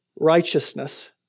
righteousness